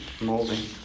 molding